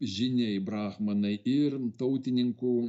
žyniai brahmanai ir tautininkų